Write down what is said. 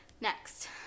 Next